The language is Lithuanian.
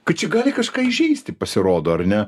kad čia gali kažką įžeisti pasirodo ar ne